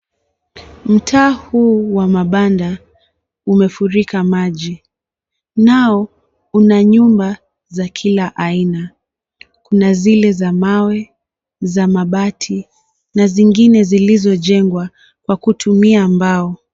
Mtaa huu wa mabanda umefurika maji. Nao, una nyumba za kila aina. Kuna zile za mawe, za mabati na zingine zilizojengwa kwa kutumia mbao.